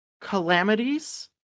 calamities